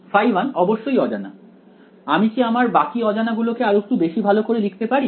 ϕ1 অবশ্যই অজানা আমি কি আমার বাকি অজানা গুলোকে আরেকটু বেশি ভালো করে লিখতে পারি